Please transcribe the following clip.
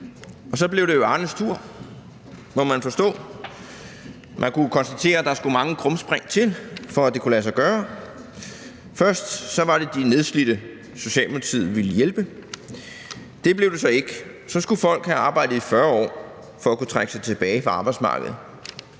på. Så blev det jo Arnes tur, må man forstå. Man kunne jo konstatere, at der skulle mange krumspring til for, at det kunne lade sig gøre. Først var det de nedslidte, Socialdemokratiet ville hjælpe. Sådan blev det så ikke. Så skulle folk have arbejdet i 40 år for at kunne trække sig tilbage fra arbejdsmarkedet.